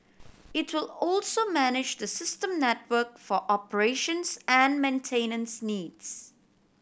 it will also manage the system network for operations and maintenance needs